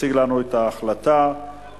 יציג לנו את ההחלטה כמובן,